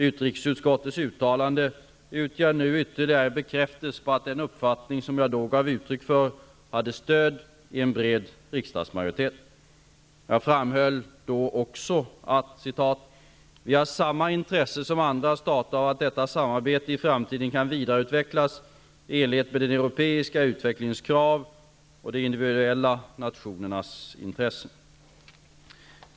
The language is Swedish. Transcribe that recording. Utrikesutskottets uttalande utgör nu ytterligare en bekräftelse på att den uppfattning som jag då gav uttryck för har stöd i en bred riksdagsmajoritet. Jag framhöll då också, att ''vi har samma intresse som andra stater av att detta samarbete i framtiden kan vidareutvecklas i enlighet med den europeiska utvecklingens krav och de individuella nationernas intressen''.